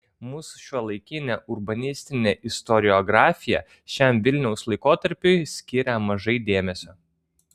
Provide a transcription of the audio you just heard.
mūsų šiuolaikinė urbanistinė istoriografija šiam vilniaus laikotarpiui skiria mažai dėmesio